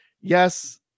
yes